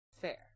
Fair